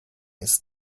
ist